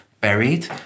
buried